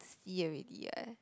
see already eh